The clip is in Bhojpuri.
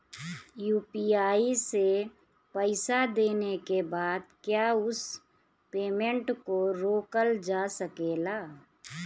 यू.पी.आई से पईसा देने के बाद क्या उस पेमेंट को रोकल जा सकेला?